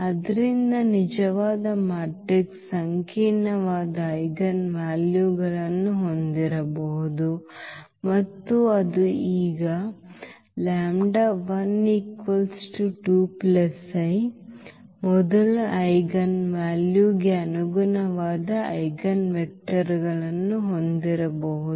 ಆದ್ದರಿಂದ ನಿಜವಾದ ಮ್ಯಾಟ್ರಿಕ್ಸ್ ಸಂಕೀರ್ಣವಾದ ಐಜೆನ್ವಾಲ್ಯುಗಳನ್ನು ಹೊಂದಿರಬಹುದು ಮತ್ತು ಅದು ಈಗ ಮೊದಲ ಐಜೆನ್ ವ್ಯಾಲ್ಯೂಗೆ ಅನುಗುಣವಾದ ಐಜೆನ್ವೆಕ್ಟರ್ಗಳನ್ನು ಹೊಂದಿರಬಹುದು